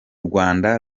rwanda